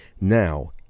Now